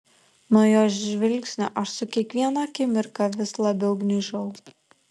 nuo jos žvilgsnio aš su kiekviena akimirka vis labiau gniužau